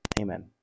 Amen